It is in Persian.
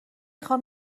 خوام